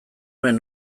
nuen